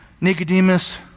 Nicodemus